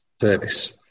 service